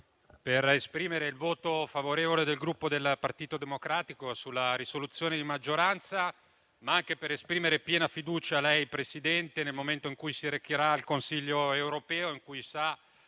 per esprimere il voto favorevole del Gruppo del Partito Democratico sulla risoluzione di maggioranza, ma anche per esprimere piena fiducia a lei, Presidente, nel momento in cui si recherà al Consiglio europeo. Sa di avere